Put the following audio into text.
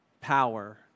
power